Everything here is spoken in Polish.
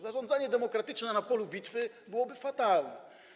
Zarządzanie demokratyczne na polu bitwy byłoby fatalne.